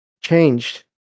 changed